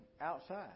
outside